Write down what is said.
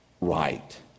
right